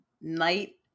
Night